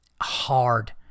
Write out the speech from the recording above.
hard